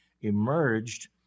emerged